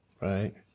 Right